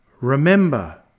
Remember